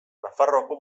nafarroako